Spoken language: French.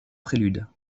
prélude